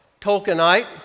Tolkienite